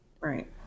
right